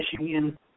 Michigan